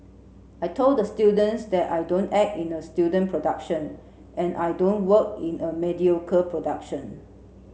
I told the students that I don't act in a student production and I don't work in a mediocre production